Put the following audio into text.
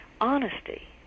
honesty